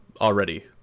already